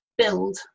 build